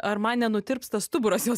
ar man nenutirpsta stuburas jos